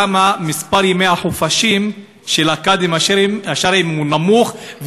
למה מספר ימי החופשה של הקאדים השרעיים נמוך,